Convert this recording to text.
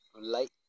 light